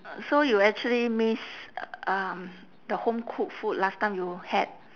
so you actually miss um the home cooked food last time you had